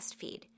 feed